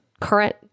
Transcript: current